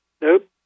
Nope